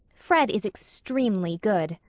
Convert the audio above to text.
fred is extremely good.